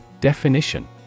Definition